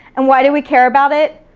and why do we care about it?